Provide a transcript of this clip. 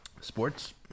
Sports